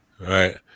right